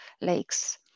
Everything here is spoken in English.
lakes